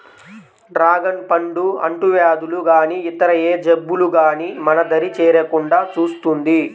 dragon పండు అంటువ్యాధులు గానీ ఇతర ఏ జబ్బులు గానీ మన దరి చేరకుండా చూస్తుంది